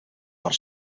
per